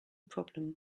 problem